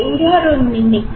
উদাহরণ নিন একটি